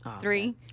Three